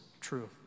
true